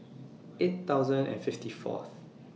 eight thousand and fifty Fourth